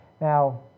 Now